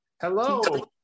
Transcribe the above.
Hello